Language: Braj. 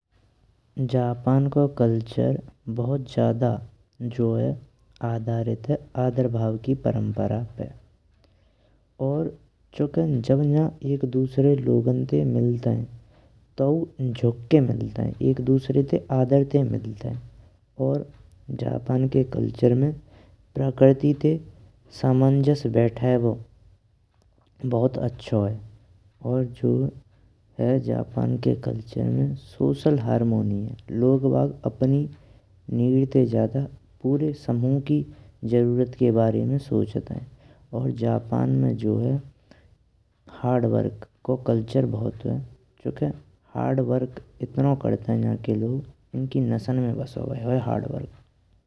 जापान को कल्चर बहुत ज्यादा आधारित है आधार भाव की परंपरा पे और चुकेन जब एंजा एक दूसरे लोगन ते मिलतानये। तो झुंके मिलताएयन एक दूसरे ते आप मिल्तानये, और जापान के कल्चर में प्रकृति ते सामंजस बैठेयो बहुत अच्छो है। और जो है जापान के कल्चर में सोशल हार्मनी है, लोगबाग अपने जरूरत ते ज्यादा पूरे समूह के जरूरत के बारे में सोचंत हैं। और जापान में जो है हार्डवर्क को कल्चर बहुत है, चूंकि हार्डवर्क इतनो करतनन्जा के लोग इनके नसन में बसो बाह्यो है हार्डवर्क।